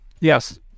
Yes